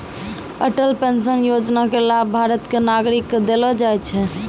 Atal pension योजना के लाभ भारत के नागरिक क देलो जाय छै